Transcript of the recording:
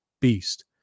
beast